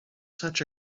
such